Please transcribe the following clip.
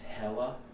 Hella